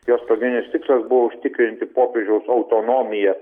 jos pagrindinis tikslas buvo užtikrinti popiežiaus autonomiją